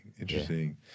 interesting